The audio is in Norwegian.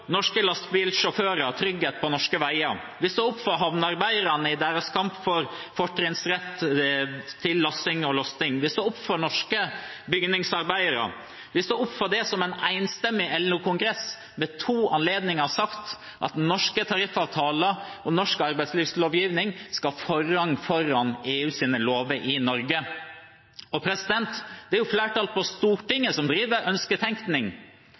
norske lastebilsjåfører og trygghet på norske veier. Vi står opp for havnearbeiderne i deres kamp for fortrinnsrett til lasting og lossing. Vi står opp for norske bygningsarbeidere. Vi står opp for det som en enstemmig LO-kongress ved to anledninger har sagt, at norske tariffavtaler og norsk arbeidslivslovgivning skal ha forrang foran EUs lover i Norge. Det er flertallet på Stortinget som driver ønsketenkning,